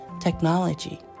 technology